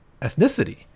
ethnicity